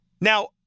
Now